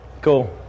Cool